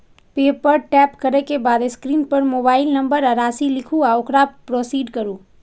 पे पर टैप करै के बाद स्क्रीन पर मोबाइल नंबर आ राशि लिखू आ ओकरा प्रोसीड करू